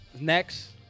next